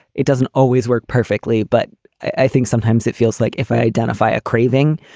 it doesn't always work perfectly, but i think sometimes it feels like if i identify a craving,